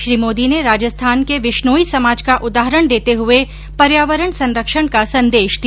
श्री मोदी ने राजस्थान के विश्नोई समाज का उदाहरण देते हुये पर्यावरण संरक्षण का संदेश दिया